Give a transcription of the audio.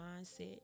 mindset